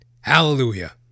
Hallelujah